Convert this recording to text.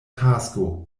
tasko